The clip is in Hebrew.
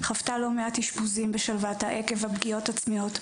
חוותה לא מעט אשפוזים בשלוותה עקב פגיעות עצמיות,